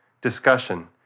discussion